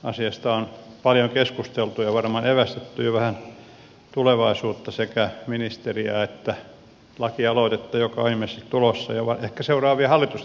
asiasta on paljon keskusteltu ja varmaan evästetty jo vähän tulevaisuutta sekä ministeriä että lakialoitetta joka on ilmeisesti tulossa ja ehkä seuraavia hallitusneuvottelujakin